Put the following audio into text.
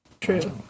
True